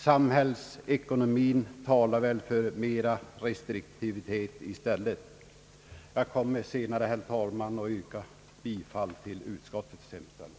Samhällsekonomin talar väl för mera restriktivitet i stället. Jag kommer senare, herr talman, att yrka bifall till utskottets hemställan.